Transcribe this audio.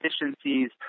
efficiencies